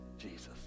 Jesus